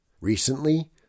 Recently